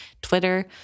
Twitter